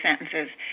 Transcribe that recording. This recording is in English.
sentences